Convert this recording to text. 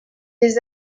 les